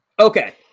Okay